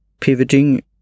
pivoting